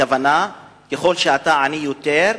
הכוונה היא שככל שאתה עני יותר,